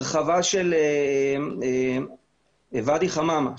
הרחבה של ואדי חממה,